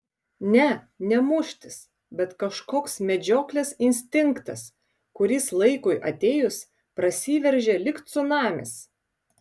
ne ne muštis bet kažkoks medžioklės instinktas kuris laikui atėjus prasiveržia lyg cunamis